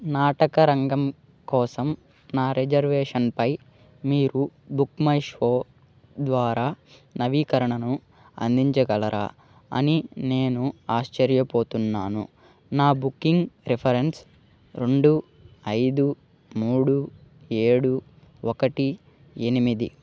నాటకరంగం కోసం నా రిజర్వేషన్పై మీరు బుక్మైషో ద్వారా నవీకరణను అందించగలరా అని నేను ఆశ్చర్యపోతున్నాను నా బుకింగ్ రిఫరెన్స్ రెండు ఐదు మూడు ఏడు ఒకటి ఎనిమిది